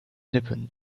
nippon